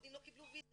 ההודים לא קיבלו ויזה